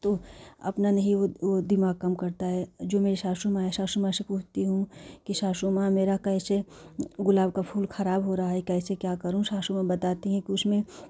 तो अपना नहीं वह दिमाग काम करता है जो मेरे सांसू माँ सांसू माँ से पूछती हूँ सांसू माँ मेरा कैसे गुलाब का फूल खराब हो रहा है कैसे क्या करूँ सांसू माँ बताती है कि उसमें